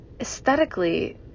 Aesthetically